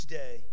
day